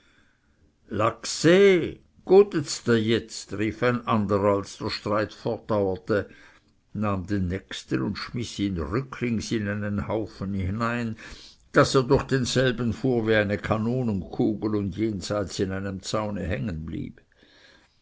rief ein anderer als der streit fortdauerte nahm den nächsten und schmiß ihn rücklings in einen haufen hinein daß er durch denselben fuhr wie eine kanonenkugel und jenseits in einem zaune hängen blieb